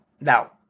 Now